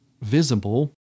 visible